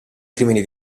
crimini